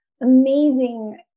amazing